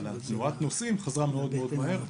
אבל תנועת נוסעים חזרה מאוד מהר,